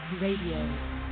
Radio